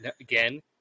Again